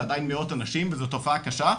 זה עדיין מאות אנשים וזו תופעה קשה,